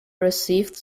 received